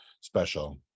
special